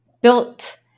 built